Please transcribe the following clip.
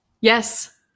Yes